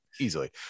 Easily